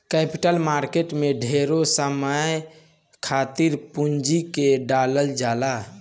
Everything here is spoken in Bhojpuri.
कैपिटल मार्केट में ढेरे समय खातिर पूंजी के डालल जाला